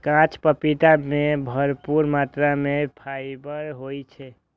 कांच पपीता मे भरपूर मात्रा मे फाइबर होइ छै